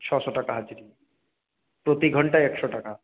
ছশো টাকা হাজিরি প্রতি ঘণ্টায় একশো টাকা